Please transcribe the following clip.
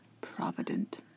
Provident